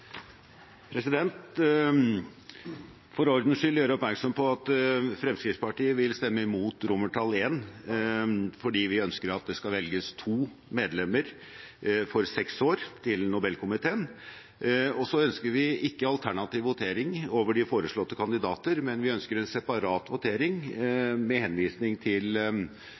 for ordens skyld gjøre oppmerksom på at Fremskrittspartiet vil stemme imot I fordi vi ønsker at det skal velges to medlemmer for seks år til Nobelkomiteen. Så ønsker vi ikke alternativ votering over de foreslåtte kandidater, men vi ønsker en separat votering, med henvisning til